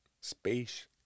Space